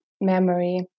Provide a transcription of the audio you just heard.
memory